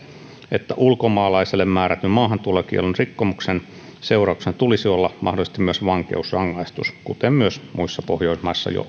että ulkomaalaiselle määrätyn maahantulokiellon rikkomuksen seurauksena tulisi olla mahdollisesti myös vankeusrangaistus kuten myös muissa pohjoismaissa jo